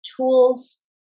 tools